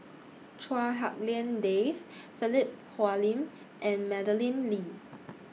Chua Hak Lien Dave Philip Hoalim and Madeleine Lee